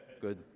good